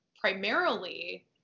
primarily